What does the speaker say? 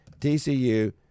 TCU